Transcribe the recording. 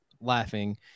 laughing